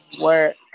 Work